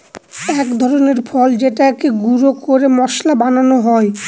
এক ধরনের ফল যেটাকে গুঁড়া করে মশলা বানানো হয়